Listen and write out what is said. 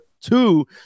two